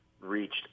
reached